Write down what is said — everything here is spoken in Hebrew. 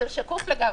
אתה שקוף לגמרי.